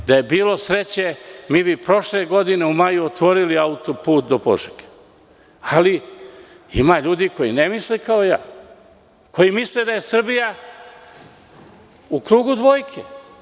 Da je bilo sreće, mi bi prošle godine u maju otvorili autoput do Požege, ali ima ljudi koji ne misle kao ja, koji misle da je Srbija u krugu dvojke.